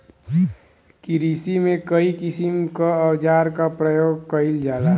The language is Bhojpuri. किरसी में कई किसिम क औजार क परयोग कईल जाला